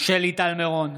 שלי טל מירון,